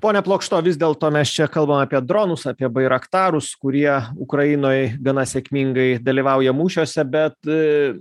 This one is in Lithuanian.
ponia plokšto vis dėlto mes čia kalbam apie dronus apie bairaktarus kurie ukrainoj gana sėkmingai dalyvauja mūšiuose bet